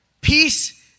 Peace